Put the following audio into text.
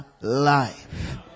life